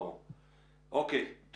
אני קורא לכם בכל לשון של בקשה.